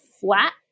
flat